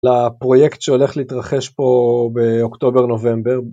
לפרויקט שהולך להתרחש פה באוקטובר-נובמבר.